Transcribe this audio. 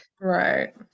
Right